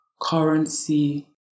currency